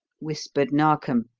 whispered narkom,